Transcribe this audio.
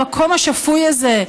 המקום השפוי הזה,